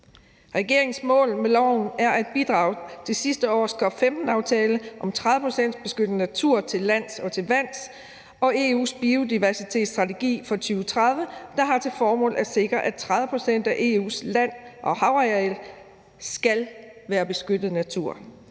Regeringens mål med loven er at bidrage til sidste års COP15-aftale om 30 pct. beskyttet natur til lands og til vands og EU's biodiversitetsstrategi for 2030, der har til formål at sikre, at 30 pct. af EU's land- og havareal skal være beskyttet natur,